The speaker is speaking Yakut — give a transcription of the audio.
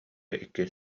иккис